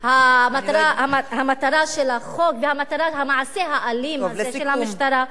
המטרה של החוק והמעשה האלים הזה של המשטרה,